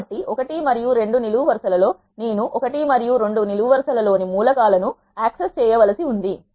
కాబట్టి 1 మరియు 2 నిలువు వరసలలో నేను 1 మరియు 2 వరుస ల లోని మూలకాలను యాక్సెస్ చేయవలసి ఉంది